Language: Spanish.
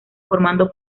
formando